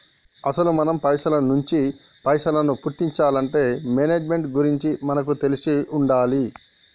అసలు మనం పైసల నుంచి పైసలను పుట్టించాలంటే మేనేజ్మెంట్ గురించి మనకు తెలిసి ఉండాలి